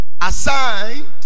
Assigned